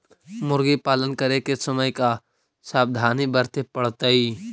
मुर्गी पालन करे के समय का सावधानी वर्तें पड़तई?